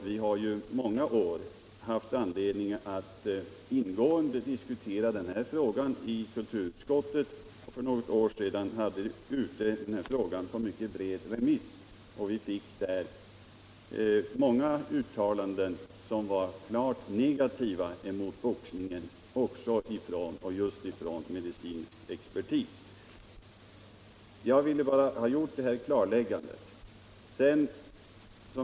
Vi har i många år haft anledning att ingående diskutera denna fråga i kulturutskottet. För något år sedan hade vi den ute på mycket bred remiss, och vi fick då många uttalanden som var klart negativa till boxning just från medicinsk expertis. — Jag har velat göra detta klarläggande.